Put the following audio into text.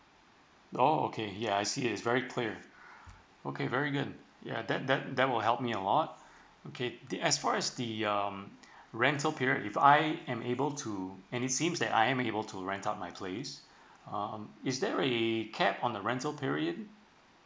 oh okay ya I see it's very clear okay very good ya that that that will help me a lot okay the as far as the um rental period if I am able to and it seems that I am able to rent out my place um is there a cap on the rental period